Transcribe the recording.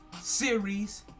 Series